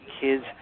kids